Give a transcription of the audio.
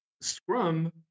Scrum